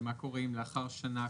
ומה קורה אם לאחר שנה,